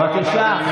בבקשה,